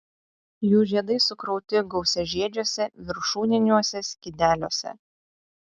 jų žiedai sukrauti gausiažiedžiuose viršūniniuose skydeliuose